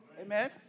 Amen